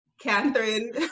Catherine